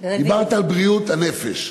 דיברת על בריאות הנפש.